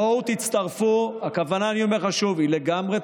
בואו תצטרפו, הכוונה, אני אומר לך שוב, היא לגמרי,